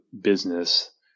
business